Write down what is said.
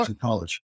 college